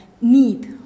need